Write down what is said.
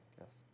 Yes